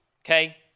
okay